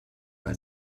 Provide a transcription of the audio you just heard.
bei